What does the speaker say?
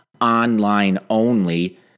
online-only